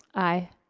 aye.